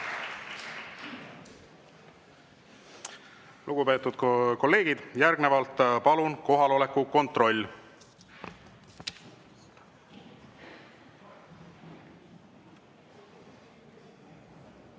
Lugupeetud kolleegid, järgnevalt palun kohaloleku kontroll!